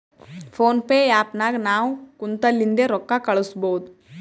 phone pay app ನಾಗ್ ನಾವ್ ಕುಂತಲ್ಲಿಂದೆ ರೊಕ್ಕಾ ಕಳುಸ್ಬೋದು